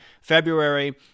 February